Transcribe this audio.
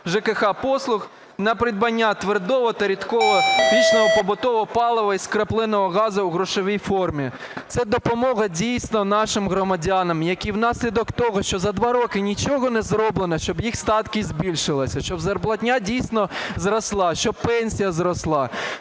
ЖК послуг на придбання твердого та рідкого пічного побутового палива і скрапленого газу в грошовій формі. Це допомога дійсно нашим громадянам, які внаслідок того, що за два роки нічого не зроблено, щоб їхні статки збільшилися, щоб зарплатня дійсно зросла, щоб пенсія зросла,